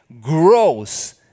grows